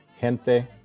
gente